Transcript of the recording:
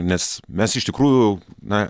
nes mes iš tikrųjų na